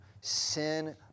Sin